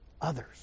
others